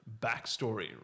backstory